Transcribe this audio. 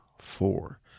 four